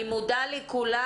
אני מודה לכולם.